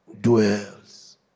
dwells